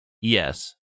yes